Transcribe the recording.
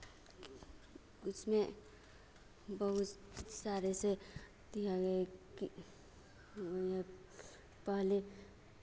उसमें बहुत सारे से कि हमें कि पहले